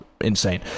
insane